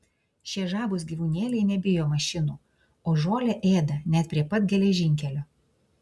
šie žavūs gyvūnėliai nebijo mašinų o žolę ėda net prie pat geležinkelio